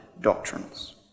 doctrines